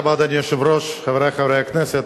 אדוני היושב-ראש, תודה רבה, חברי חברי הכנסת,